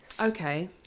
Okay